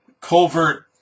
covert